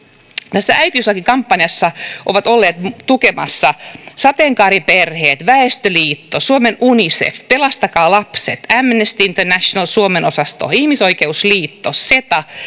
tässä äitiyslakikampanjassa ovat olleet tukemassa sateenkaariperheet väestöliitto suomen unicef pelastakaa lapset amnesty internationalin suomen osasto ihmisoikeusliitto seta